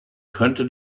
könnte